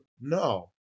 No